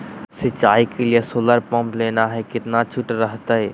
सिंचाई के लिए सोलर पंप लेना है कितना छुट रहतैय?